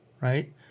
right